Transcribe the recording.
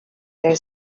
their